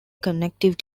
connective